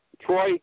Troy